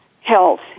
health